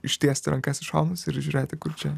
ištiesti rankas į šonus ir žiūrėti kur čia